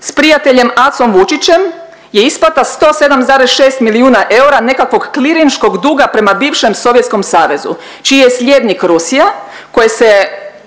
sa prijateljem Acom Vučićem je isplata 107,6 milijuna eura nekakvog klirinškog duga prema bivšem Sovjetskom Savezu čiji je slijednik Rusija koji se